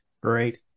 Great